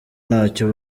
ntacyo